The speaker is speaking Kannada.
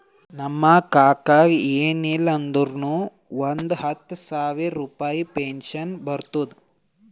ನಮ್ ಕಾಕಾಗ ಎನ್ ಇಲ್ಲ ಅಂದುರ್ನು ಒಂದ್ ಹತ್ತ ಸಾವಿರ ರುಪಾಯಿ ಪೆನ್ಷನ್ ಬರ್ತುದ್